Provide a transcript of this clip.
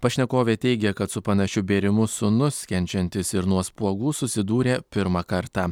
pašnekovė teigia kad su panašiu bėrimu sūnus kenčiantis ir nuo spuogų susidūrė pirmą kartą